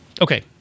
Okay